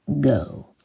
go